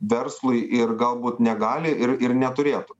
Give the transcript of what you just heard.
verslui ir galbūt negali ir ir neturėtų